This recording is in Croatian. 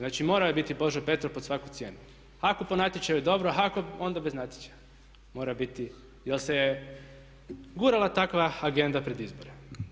Znači moramo je biti Božo Petrov pod svaku cijenu, ako po natječaju dobro ako onda bez natječaja mora biti jer se gurala takva agenda pred izbore.